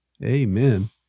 Amen